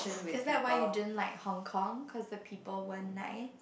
is that why you didn't like Hong Kong cause the people weren't nice